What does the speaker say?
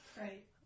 Right